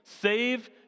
save